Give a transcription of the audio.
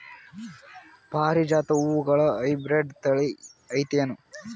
ಪಾರಿಜಾತ ಹೂವುಗಳ ಹೈಬ್ರಿಡ್ ಥಳಿ ಐತೇನು?